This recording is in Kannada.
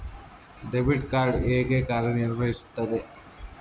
ಡೆಬಿಟ್ ಕಾರ್ಡ್ ಹೇಗೆ ಕಾರ್ಯನಿರ್ವಹಿಸುತ್ತದೆ?